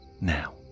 Now